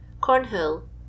Cornhill